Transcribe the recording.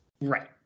Right